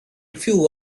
few